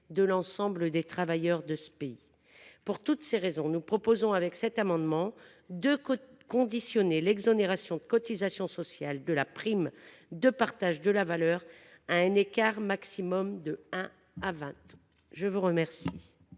de l’ensemble des travailleurs de ce pays. Pour toutes ces raisons, nous proposons, avec cet amendement, de conditionner l’exonération de cotisations sociales de la prime de partage de la valeur à un écart maximum d’un à vingt entre